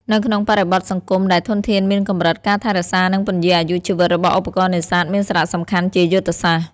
នៅក្នុងបរិបទសង្គមដែលធនធានមានកម្រិត ការថែរក្សា និងពន្យារអាយុជីវិតរបស់ឧបករណ៍នេសាទមានសារៈសំខាន់ជាយុទ្ធសាស្ត្រ។